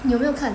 你有没有看